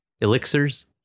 elixirs